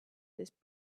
this